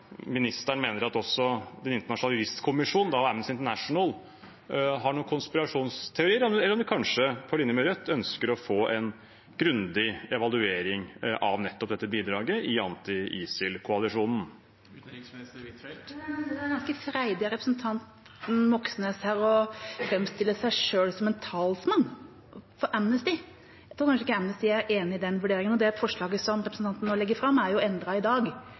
ministeren mener at også Den internasjonale juristkommisjon og Amnesty International har noen konspirasjonsteorier, eller om de kanskje, på linje med Rødt, ønsker å få en grundig evaluering av nettopp dette bidraget i anti-ISIL-koalisjonen. Jeg synes det er ganske freidig av representanten Moxnes her å framstille seg selv som en talsmann for Amnesty. Jeg tror kanskje ikke Amnesty er enig i den vurderingen. Og det forslaget som representanten nå legger fram, er jo endret i dag.